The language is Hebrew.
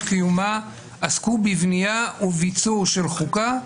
קיומה עסקו בבנייה ובביצור של חוקה,